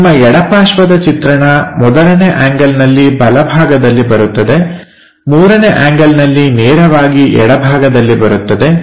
ನಿಮ್ಮ ಎಡಪಾರ್ಶ್ವದ ಚಿತ್ರಣ ಮೊದಲನೇ ಆಂಗಲ್ನಲ್ಲಿ ಬಲಭಾಗದಲ್ಲಿ ಬರುತ್ತದೆ ಮೂರನೇ ಆಂಗಲ್ನಲ್ಲಿ ನೇರವಾಗಿ ಎಡಭಾಗದಲ್ಲಿ ಬರುತ್ತದೆ